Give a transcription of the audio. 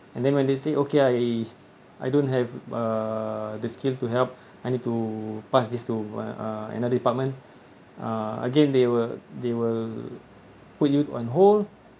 and then when they say okay I I don't have uh the skills to help I need to pass this to my uh another department uh again they will they will put you on hold